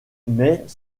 mais